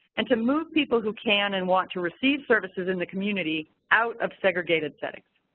and to move people who can and want to receive services in the community out of segregated settings.